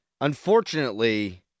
Unfortunately